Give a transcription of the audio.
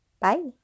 Bye